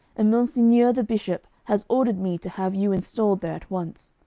and monseigneur the bishop has ordered me to have you installed there at once.